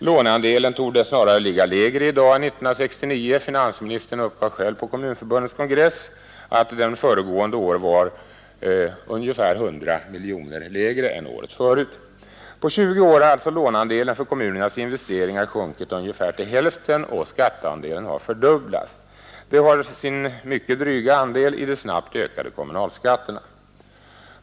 Låneandelen torde snarare ligga lägre i dag än 1969. Finansministern uppgav själv på Kommunförbundets kongress att den förra året var ungefär 100 miljoner kronor lägre än året dessförinnan. På tjugo år har alltså låneandelen för kommunernas investeringar sjunkit ungefär till hälften, och skatteandelen har fördubblats. Det har sin mycket dryga andel i de snabbt ökade kommunalskatterna.